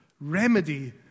remedy